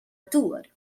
dŵr